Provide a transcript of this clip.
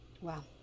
Wow